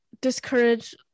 discourage